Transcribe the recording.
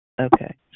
Okay